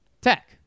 Tech